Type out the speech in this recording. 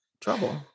trouble